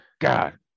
God